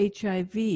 HIV